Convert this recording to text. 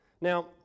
Now